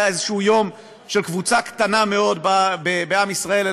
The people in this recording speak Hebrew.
איזה יום של קבוצה קטנה מאוד בעם ישראל,